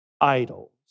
idols